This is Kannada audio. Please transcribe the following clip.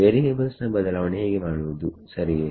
ವೇರಿಯೇಬಲ್ಸ್ ನ ಬದಲಾವಣೆ ಹೇಗೆ ಮಾಡುವುದು ಸರಿಯೇ